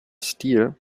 stil